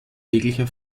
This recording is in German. tägliche